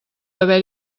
haver